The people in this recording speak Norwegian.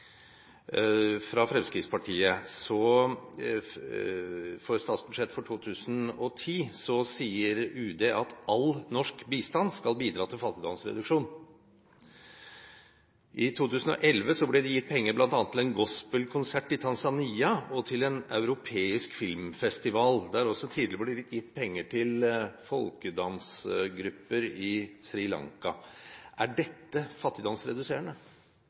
for statsbudsjettet 2010, så sier UD at all norsk bistand skal bidra til fattigdomsreduksjon. I 2011 ble det gitt penger bl.a. til en gospelkonsert i Tanzania og til en europeisk filmfestival. Det er også tidligere blitt gitt penger til folkedansgrupper i Sri Lanka. Er dette fattigdomsreduserende?